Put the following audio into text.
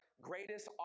greatest